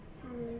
mm